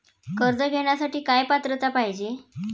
कर्ज घेण्यासाठी काय पात्रता पाहिजे?